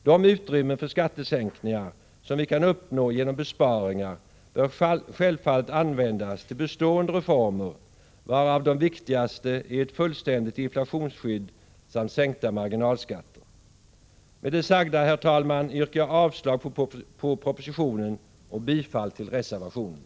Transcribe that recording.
De utrymmen för skattesänkningar som vi kan uppnå genom besparingar bör självfallet användas till bestående reformer, varav de viktigaste är ett fullständigt inflationsskydd samt sänkta marginalskatter. Med det sagda, herr talman, yrkar jag avslag på propositionen och bifall till reservationen.